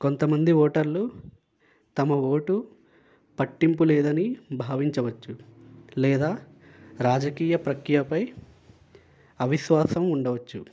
కొంతమంది ఓటర్లు తమ ఓటు పట్టింపులేదని భావించవచ్చు లేదా రాజకీయ ప్రక్రియపై అవిశ్వాసం ఉండవచ్చు